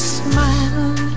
smile